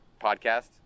podcast